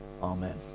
Amen